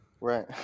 Right